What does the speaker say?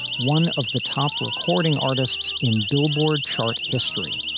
one of the top recording artists in billboard chart history.